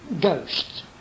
ghosts